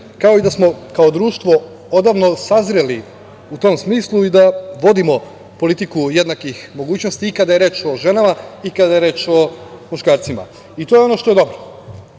kao i da smo kao društvo odavno sazreli u tom smislu i da vodimo politiku jednakih mogućnosti i kada je reč o ženama i kada je reč o muškarcima. I to je ono što je dobro. Ono